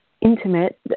intimate